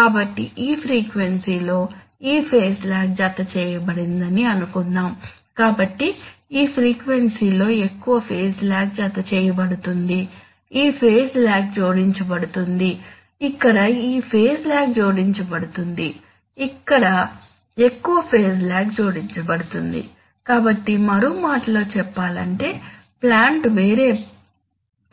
కాబట్టి ఈ ఫ్రీక్వెన్సీ లో ఈ ఫేజ్ లాగ్ జతచేయబడిందని అనుకుందాం కాబట్టి ఈ ఫ్రీక్వెన్సీ లో ఎక్కువ ఫేజ్ లాగ్ జతచేయబడుతుంది ఈ ఫేజ్ లాగ్ జోడించబడుతుంది ఇక్కడ ఈ ఫేజ్ లాగ్ జోడించబడుతుంది ఇక్కడ ఎక్కువ ఫేజ్ లాగ్ జోడించబడుతుంది కాబట్టి మరో మాటలో చెప్పాలంటే ప్లాంట్ వేరే